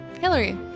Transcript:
Hillary